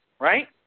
right